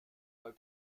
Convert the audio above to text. mal